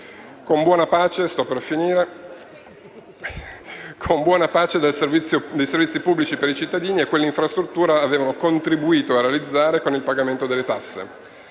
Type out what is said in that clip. con buona pace dei servizi pubblici per i cittadini che quell'infrastruttura avevano contribuito a realizzare con il pagamento delle tasse.